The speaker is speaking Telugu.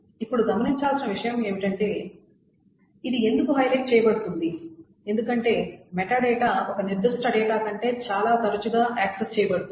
ఇప్పుడు గమనించాల్సిన విషయం ఏమిటంటే ఇది ఎందుకు హైలైట్ చేయబడుతోంది ఎందుకంటే మెటాడేటా ఒక నిర్దిష్ట డేటా కంటే చాలా తరచుగా యాక్సెస్ చేయబడుతుంది